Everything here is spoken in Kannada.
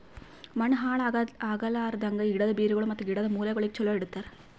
ಮಣ್ಣ ಹಾಳ್ ಆಗ್ಲಾರ್ದಂಗ್, ಗಿಡದ್ ಬೇರಗೊಳ್ ಮತ್ತ ಗಿಡದ್ ಮೂಲೆಗೊಳಿಗ್ ಚಲೋ ಇಡತರ್